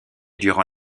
durant